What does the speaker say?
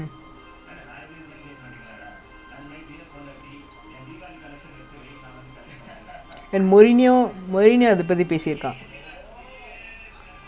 like he is supposed to jump but he don't jump then because of that they say got chance of like the other player getting injured because you don't jump and got chance of him getting injured also